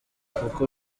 kuko